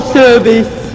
service